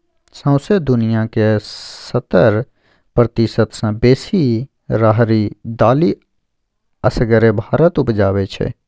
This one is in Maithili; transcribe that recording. सौंसे दुनियाँक सत्तर प्रतिशत सँ बेसी राहरि दालि असगरे भारत उपजाबै छै